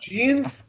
Jeans